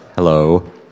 Hello